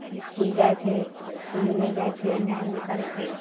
इसकुल जाइ छै कहियो नहि जाइ छै एन्ना ओन्नी करय छै